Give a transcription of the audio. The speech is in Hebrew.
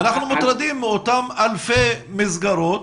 אנחנו מוטרדים מאותן אלפי מסגרות